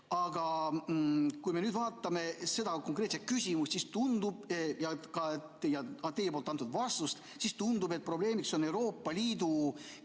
Aga kui me nüüd vaatame seda konkreetset küsimust ja ka teie antud vastust, siis tundub, et probleemiks on Euroopa Liidu